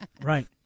Right